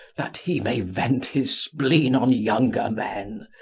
that he may vent his spleen on younger men,